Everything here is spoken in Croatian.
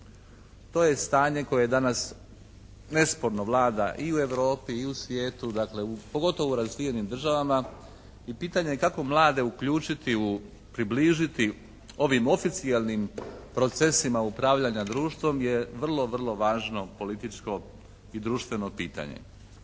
To je stanje koje danas nesporno vlada i u Europi i u svijetu, dakle pogotovo u razvijenim državama i pitanje je kako mlade uključiti, približiti ovim oficijelnim procesima upravljanja društvom je vrlo važno političko i društveno pitanje.